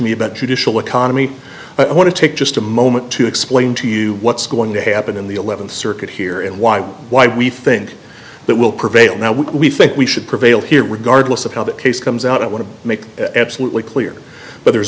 me about judicial economy i want to take just a moment to explain to you what's going to happen in the th circuit here and why why we think that will prevail now we think we should prevail here regardless of how that case comes out i want to make absolutely clear but there's